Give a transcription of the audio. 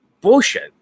Bullshit